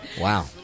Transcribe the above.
Wow